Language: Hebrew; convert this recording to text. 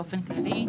באופן כללי,